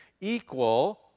equal